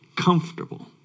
comfortable